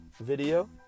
video